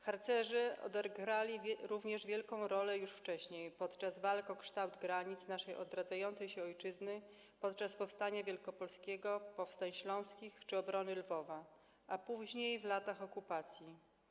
Harcerze odegrali wielką rolę już wcześniej, podczas walk o kształt granic naszej odradzającej się ojczyzny podczas powstania wielkopolskiego, powstań śląskich czy obrony Lwowa, a później w latach okupacji.